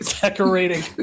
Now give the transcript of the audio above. decorating